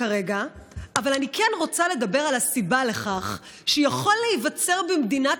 אבל אני כן רוצה לדבר על הסיבה לכך שיכול להיווצר במדינת